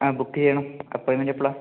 ആ ബുക്ക് ചെയ്യണം അപ്പോയിൻമെന്റ് എപ്പോൾ ആണ്